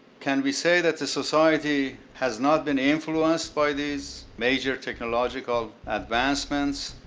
can we say that the society has not been influenced by these major technological advancements?